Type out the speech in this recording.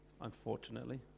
unfortunately